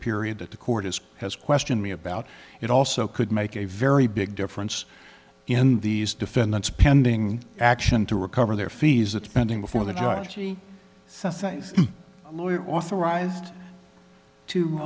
period that the court has has question me about it also could make a very big difference in these defendants pending action to recover their fees that pending before the dicey things authorized